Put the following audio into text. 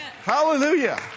Hallelujah